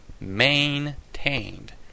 maintained